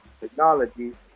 technology